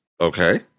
Okay